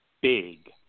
big